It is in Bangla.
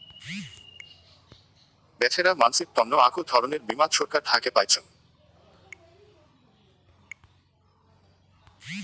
বেছেরা মানসির তন্ন আক ধরণের বীমা ছরকার থাকে পাইচুঙ